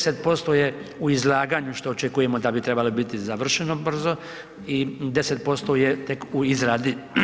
10% je u izlaganju što očekujemo da bi trebalo biti završeno brzo i 10% je tek u izradi.